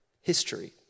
history